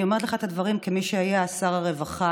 אני אומרת לך את הדברים כמי שהיה שר הרווחה